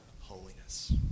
holiness